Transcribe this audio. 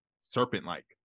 serpent-like